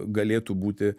galėtų būti